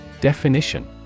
Definition